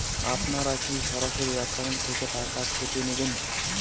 আপনারা কী সরাসরি একাউন্ট থেকে টাকা কেটে নেবেন?